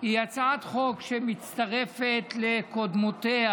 היא הצעת חוק שמצטרפת לקודמותיה,